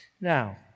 Now